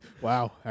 wow